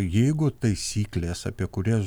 jeigu taisyklės apie kurias